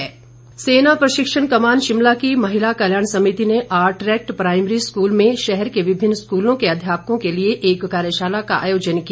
सेना प्रशिक्षण सेना प्रशिक्षण कमान शिमला की महिला कल्याण समिति ने आरट्रैक प्राइमरी स्कूल में शहर के विभिन्न स्कूलों में अध्यापकों के लिए एक कार्यशाला का आयोजन किया